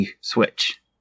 switch